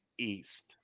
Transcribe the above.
east